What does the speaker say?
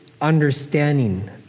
understanding